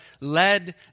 led